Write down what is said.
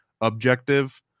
objective